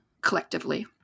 collectively